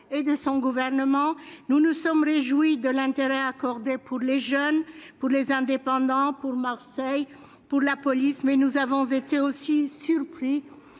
et de son gouvernement. Nous nous sommes réjouis de l'intérêt accordé à la jeunesse, aux indépendants, à Marseille, à la police, mais nous avons aussi été surpris